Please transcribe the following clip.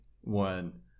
one